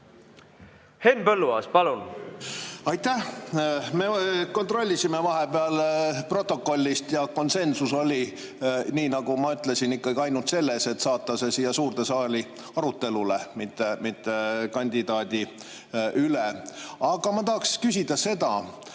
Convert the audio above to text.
Henn Põlluaas, palun!